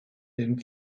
den